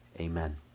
Amen